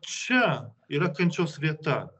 čia yra kančios vieta